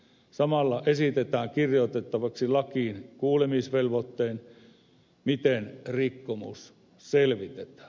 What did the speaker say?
samalla esitetään kirjoitettavaksi lakiin kuulemisvelvoite miten rikkomus selvitetään